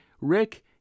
Rick